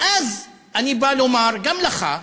ואז אני בא לומר, גם לך,